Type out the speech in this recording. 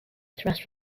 thrust